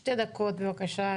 שתי דקות בבקשה,